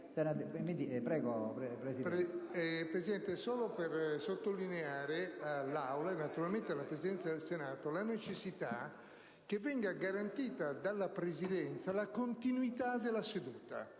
Presidente, desidero solo sottolineare all'Aula, e naturalmente alla Presidenza del Senato, la necessità che venga garantita dalla Presidenza stessa la continuità della seduta.